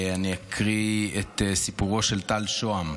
אני אקריא את סיפורו של טל שוהם.